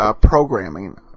programming